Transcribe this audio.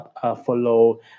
follow